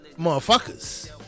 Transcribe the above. motherfuckers